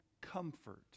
comfort